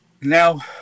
Now